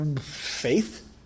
faith